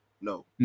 No